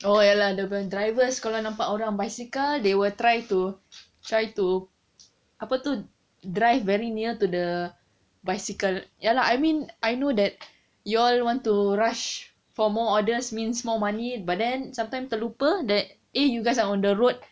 oh ya lah dia punya drivers kalau nampak orang bicycle they will try to try to apa tu drive very near to the bicycle ya lah I mean I know that you all want to rush for more orders means more money but then sometimes terlupa that eh you guys are on the road